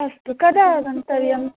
अस्तु कदा आगन्तव्यम्